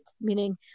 Meaning